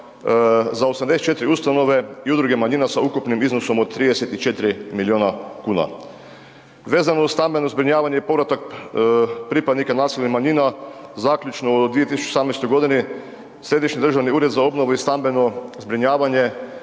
za 84 ustanove i udruge manjina sa ukupnim iznosom od 34 milijuna kuna. Vezano uz stambeno zbrinjavanje i povratak pripadnika nacionalnih manjina zaključno u 2018. g., Središnji državni ured za obnovu i stambeno zbrinjavanje